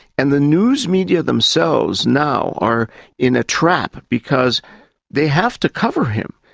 and the news media themselves now are in a trap because they have to cover him,